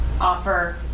offer